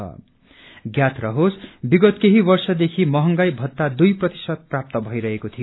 ज्ञात रहोस विगत केही वर्षदेखि महंगाई भत्ता दुइ प्रतिशत प्राप्त भइरहेको थियो